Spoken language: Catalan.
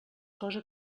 cosa